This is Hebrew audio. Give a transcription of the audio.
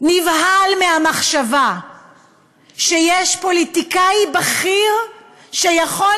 נבהל מהמחשבה שיש פוליטיקאי בכיר שיכול